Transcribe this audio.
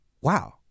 wow